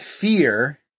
fear